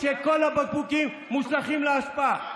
כשכל הבקבוקים מושלכים לאשפה.